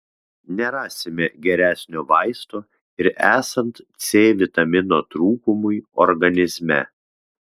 nerasime geresnio vaisto ir esant c vitamino trūkumui organizme